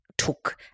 took